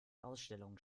ausstellungen